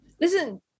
Listen